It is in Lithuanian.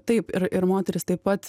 taip ir moterys taip pat